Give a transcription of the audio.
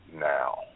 now